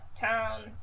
town